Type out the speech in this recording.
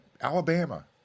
Alabama